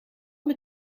mit